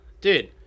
dude